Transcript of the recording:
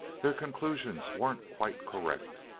their conclusions weren't quite correct.